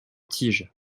tige